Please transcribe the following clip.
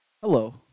Hello